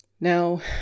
Now